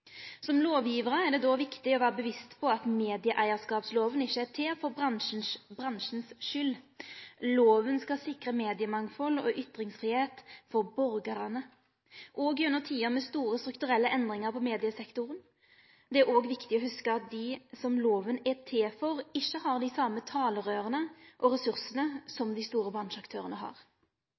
Som lovgjevarar er det då viktig at ein er bevisst på at medieeigarskapsloven ikkje er til for bransjens skyld – loven skal sikre mediemangfald og ytringsfridom for borgarane, òg gjennom tider med store strukturelle endringar for mediesektoren. Det er òg viktig å hugse at dei som loven er til for, ikkje har dei same talerøyra og ressursane som dei store bransjeaktørane har.